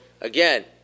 again